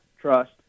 trust